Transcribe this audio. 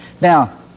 Now